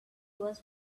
was